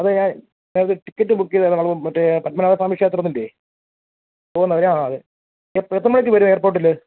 അതെ ഞാൻ ഞാനൊരു ടിക്കറ്റ് ബുക്ക് ചെയ്തായിരുന്നു നമ്മൾ മറ്റേ പത്മനാഭസ്വാമി ക്ഷേത്രത്തിൻറെയേ പോകുന്നതിനാണ് ആ അതെ എത്ര മണിക്ക് വരും എയർപോർട്ടിൽ